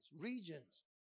regions